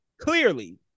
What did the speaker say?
Clearly